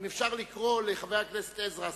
אם אפשר לקרוא לחבר הכנסת עזרא,